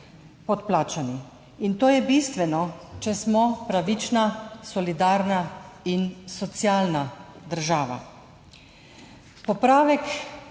in to je bistveno, če smo pravična, solidarna in socialna država.